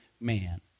man